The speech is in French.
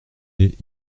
est